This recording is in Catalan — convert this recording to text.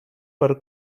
per